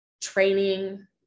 training